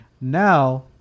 Now